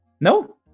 No